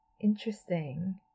Interesting